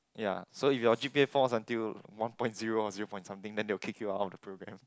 ya so if your G_P_A falls until one point zero or zero point something then they will kick you out of the program